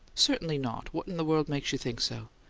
certainly not. what in the world makes you think so?